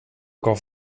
kan